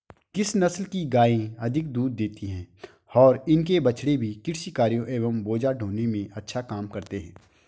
किस नस्ल की गायें अधिक दूध देती हैं और इनके बछड़े भी कृषि कार्यों एवं बोझा ढोने में अच्छा काम करते हैं?